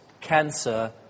cancer